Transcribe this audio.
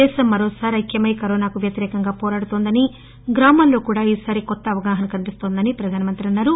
దేశం మరోసారి ఐక్యమై కరోనాకు వ్యతిరేకంగా పోరాడుతోందని గ్రామాల్లో కూడా ఈ సారి కొత్త అవగాహన కనిపిస్తోందని మోదీ అన్నారు